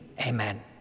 amen